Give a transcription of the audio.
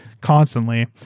constantly